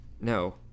No